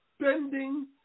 spending